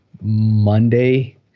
monday